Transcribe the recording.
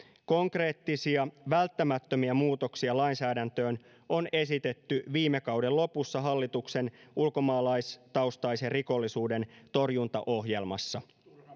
konkreettisia välttämättömiä muutoksia lainsäädäntöön on esitetty viime kauden lopussa hallituksen ulkomaalaistaustaisen rikollisuuden torjuntaohjelmassa